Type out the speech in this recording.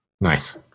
Nice